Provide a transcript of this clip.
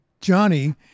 Johnny